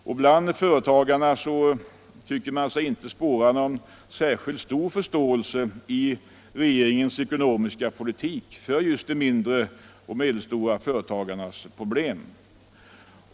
Bland företagarna tycker man sig inte kunna spåra någon särskilt stor förståelse i regeringens ekonomiska politik för den mindre och medelstora företagsamhetens problem.